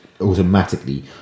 automatically